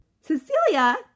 Cecilia